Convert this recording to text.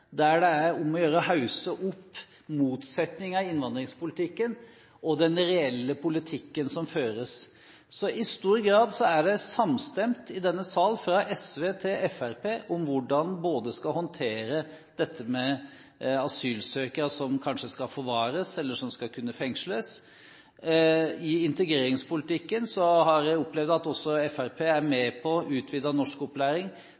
der det er om å gjøre å hausse opp motsetninger i innvandringspolitikken, og den reelle politikken som føres. I stor grad er det samstemthet i denne sal – fra SV til Fremskrittspartiet – om hvordan en skal håndtere dette med asylsøkere som kanskje skal forvares, eller fengsles, og i integreringspolitikken, der jeg har opplevd at også Fremskrittspartiet er